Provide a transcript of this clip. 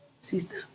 Sister